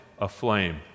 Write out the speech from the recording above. aflame